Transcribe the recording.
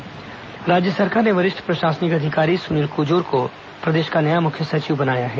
प्रशासनिक फेरबदल राज्य सरकार ने वरिष्ठ प्रशासनिक अधिकारी सुनील कुजूर को प्रदेश का नया मुख्य सचिव बनाया है